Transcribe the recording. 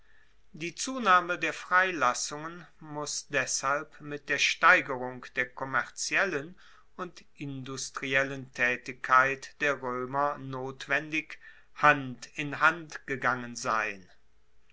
die zunahme der freilassungen muss deshalb mit der steigerung der kommerziellen und industriellen taetigkeit der roemer notwendig hand in hand gegangen sein